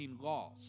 laws